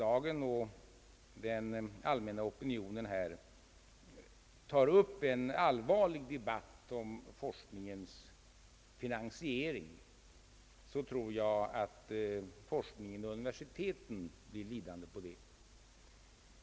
na opinionen här tar upp en allvarlig debatt om forskningens finansiering, tror jag att forskningen vid universiteten blir lidande på det.